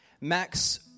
Max